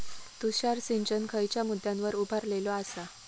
तुषार सिंचन खयच्या मुद्द्यांवर उभारलेलो आसा?